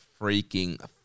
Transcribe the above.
freaking